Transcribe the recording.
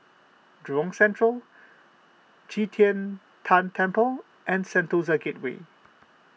Jurong Central Qi Tian Tan Temple and Sentosa Gateway